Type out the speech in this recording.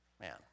man